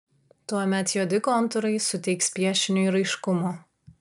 tuomet juodi kontūrai suteiks piešiniui raiškumo